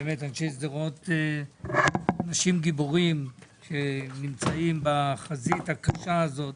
באמת אנשי שדרות אנשים גיבורים שנמצאים בחזית הקשה הזאת,